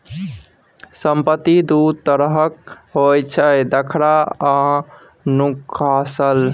संपत्ति दु तरहक होइ छै देखार आ नुकाएल